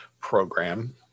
program